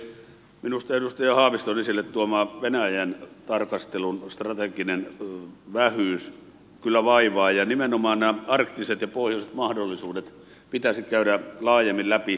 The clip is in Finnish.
minusta edustaja haaviston esille tuoma venäjän tarkastelun strateginen vähyys kyllä vaivaa ja nimenomaan nämä arktiset ja pohjoiset mahdollisuudet pitäisi käydä laajemmin läpi